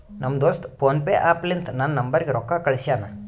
ನಮ್ ದೋಸ್ತ PhonePe app ಲಿಂತಾ ನನ್ ನಂಬರ್ಗ ರೊಕ್ಕಾ ಕಳ್ಸ್ಯಾನ್